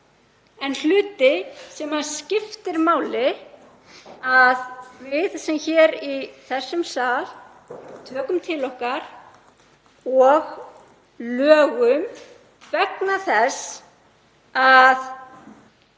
hluti sem skiptir máli að við sem hér í þessum sal tökum til okkar og lögum vegna þess að